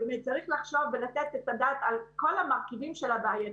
צריך לחשוב ולתת את הדעת על כל המרכיבים של הבעיה.